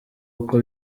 uko